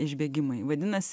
išbėgimai vadinasi